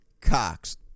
Cox